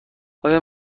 آیا